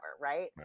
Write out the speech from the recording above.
right